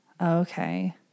Okay